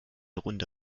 runde